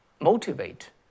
motivate